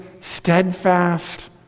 steadfast